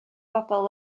bobl